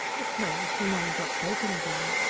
it closed, and then dropped open again.